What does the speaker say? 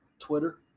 Twitter